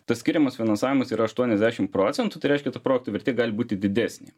tas skiriamas finansavimas yra aštuoniasdešim procentų tai reiškia tų projektų vertė gali būti didesnė